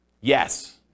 Yes